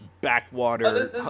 Backwater